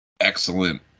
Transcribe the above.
excellent